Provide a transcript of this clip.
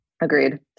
Agreed